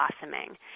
blossoming